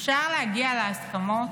אפשר להגיע להסכמות,